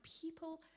people